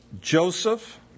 Joseph